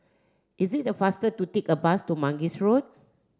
is it the faster to take a bus to Mangis Road